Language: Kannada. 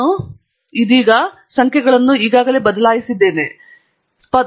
ನಾನು ಇದೀಗ ಅವರನ್ನು ಸುತ್ತಿದೆ ಮತ್ತು ಸಂಖ್ಯೆಗಳು ಈಗಾಗಲೇ ಬದಲಾಗಿದೆ ಎಂದು ನೀವು ನೋಡಬಹುದು